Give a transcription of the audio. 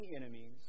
enemies